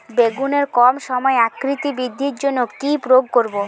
বেগুনের কম সময়ে আকৃতি বৃদ্ধির জন্য কি প্রয়োগ করব?